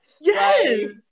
Yes